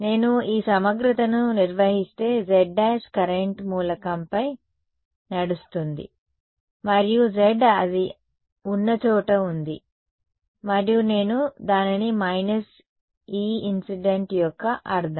నేను ఈ సమగ్రతను నిర్వహిస్తే z′ కరెంట్ మూలకంపై నడుస్తుంది మరియు z అది ఉన్న చోట ఉంది మరియు నేను దానిని − Einc యొక్క అర్థం